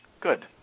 Good